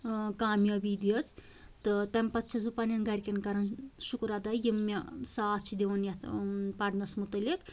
کامیٲبی دِژ تہٕ تَمہِ پَتہٕ چھَس بہٕ پَنٕنٮ۪ن گرِکٮ۪ن شُکُر اَدا کران یِم مےٚ ساتھ چھِ دِوان یَتھ پَرنَس مُتعلِق